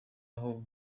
abo